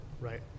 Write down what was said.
right